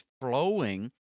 flowing